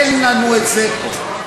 אין לנו את זה פה.